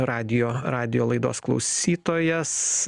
radijo radijo laidos klausytojas